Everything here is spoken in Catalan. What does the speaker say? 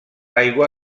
aigua